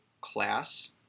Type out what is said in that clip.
class